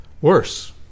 worse